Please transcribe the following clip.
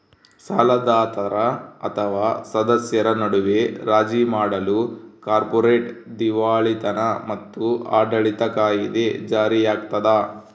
ಸಾಲದಾತರ ಅಥವಾ ಸದಸ್ಯರ ನಡುವೆ ರಾಜಿ ಮಾಡಲು ಕಾರ್ಪೊರೇಟ್ ದಿವಾಳಿತನ ಮತ್ತು ಆಡಳಿತ ಕಾಯಿದೆ ಜಾರಿಯಾಗ್ತದ